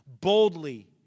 boldly